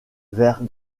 vers